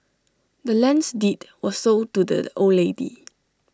the land's deed was sold to the old lady